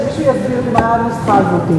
אני כבר שבוע מנסה שמישהו יסביר לי מה הנוסחה הזאת.